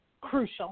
crucial